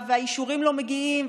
והאישורים לא מגיעים,